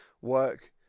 work